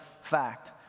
fact